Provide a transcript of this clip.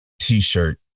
T-shirt